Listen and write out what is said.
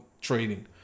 trading